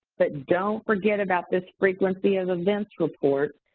but don't forget about this frequency of events report,